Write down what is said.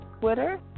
Twitter